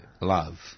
love